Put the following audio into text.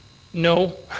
no.